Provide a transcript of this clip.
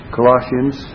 Colossians